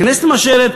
הכנסת מאשרת,